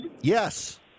Yes